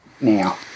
now